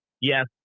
Yes